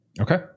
Okay